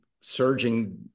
surging